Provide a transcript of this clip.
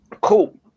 Cool